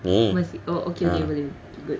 ni ah